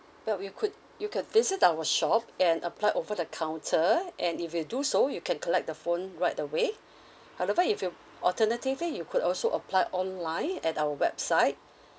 well you could you could visit our shop and apply over the counter and if you do so you can collect the phone right away however if you alternatively you could also apply online at our website